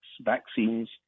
vaccines